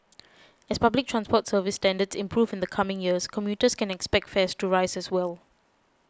as public transport service standards improve in the coming years commuters can expect fares to rise as well